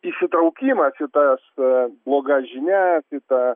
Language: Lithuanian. įsitraukimas į tas bloga žinia į tą